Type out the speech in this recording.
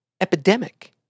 epidemic